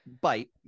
bite